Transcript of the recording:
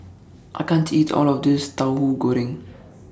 I can't eat All of This Tauhu Goreng